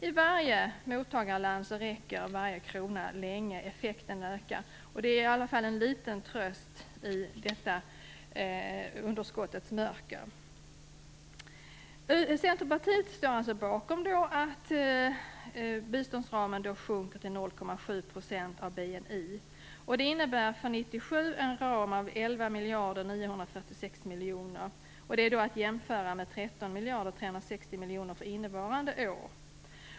I varje mottagarland räcker varje krona längre - effekten ökar. Det är i alla fall en liten tröst i detta underskottets mörker. Centerpartiet ställer sig bakom minskningen av biståndsramen till 0,7 % av BNI. Det innebär för 360 000 för innevarande år.